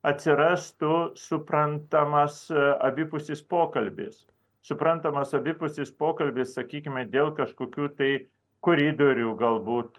atsirastų suprantamas abipusis pokalbis suprantamas abipusis pokalbis sakykime dėl kažkokių tai koridorių galbūt